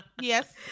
Yes